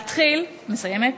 להתחיל, אני מסיימת,